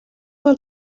una